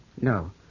No